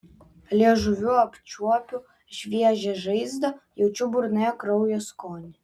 liežuviu apčiuopiu šviežią žaizdą jaučiu burnoje kraujo skonį